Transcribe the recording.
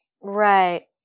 Right